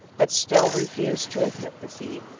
but still refused to admit defeat.